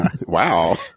Wow